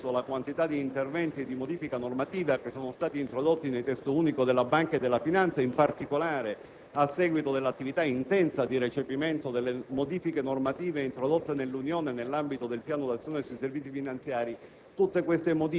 me pare che la quantità di interventi di modifica normativa introdotti nei testi unici della banca e della finanza, in particolare a seguito dell'attività intensa di recepimento delle modifiche normative introdotte nell'Unione Europea nell'ambito del Piano di azione sui servizi finanziari,